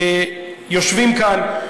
יושבים כאן.